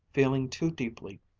feeling too deeply,